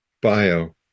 bio